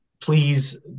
please